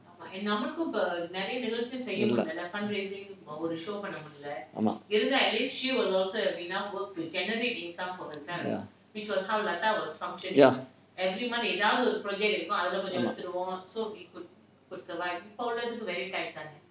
ya